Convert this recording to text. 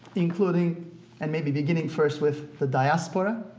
including and maybe beginning first with the diaspora.